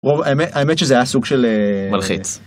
האמת האמת שזה היה סוג של מלחיץ.